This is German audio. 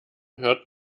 hört